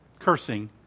cursing